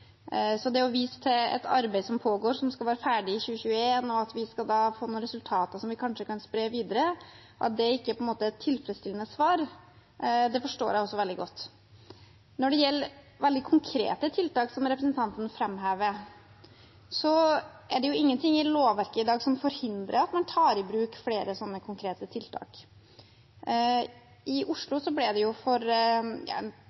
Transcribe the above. Så at det å vise til et arbeid som pågår, som skal være ferdig i 2021, og at vi da skal få noen resultater som vi kanskje kan spre videre, ikke er et tilfredsstillende svar, forstår jeg veldig godt. Når det gjelder veldig konkrete tiltak, som representanten framhever, er det ingenting i lovverket i dag som forhindrer at man tar i bruk flere konkrete tiltak. I Oslo